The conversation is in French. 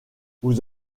vous